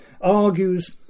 argues